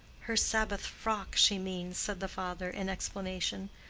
her sabbath frock, she means, said the father, in explanation.